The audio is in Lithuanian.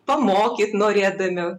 pamokyt norėdami